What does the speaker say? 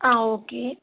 ஆ okay